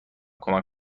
کمک